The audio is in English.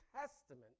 Testament